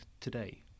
today